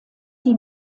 die